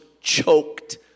choked